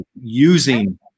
using